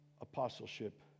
apostleship